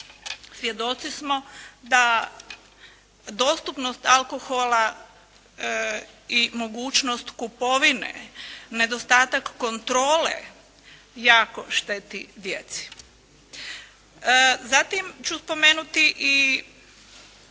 Svjedoci smo da dostupnost alkohola i mogućnost kupovine, nedostatak kontrole jako šteti djeci. Zatim ću spomenuti i